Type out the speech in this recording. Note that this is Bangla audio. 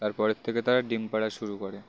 তারপর থেকে তারা ডিম পাড়া শুরু করে